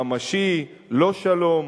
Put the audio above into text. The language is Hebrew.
ממשי, לא שלום,